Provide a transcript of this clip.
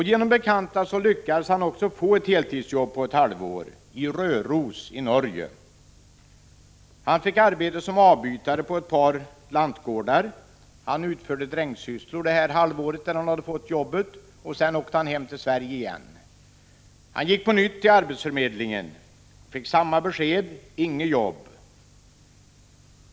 Genom bekanta lyckades han också få ett heltidsjobb under ett halvår i Röros i Norge. Han fick arbete som avbytare på ett par lantgårdar. Han utförde drängsysslor under ett halvår och åkte sedan hem till Sverige igen. Han gick på nytt till arbetsförmedlingen och fick samma besked: Inget jobb.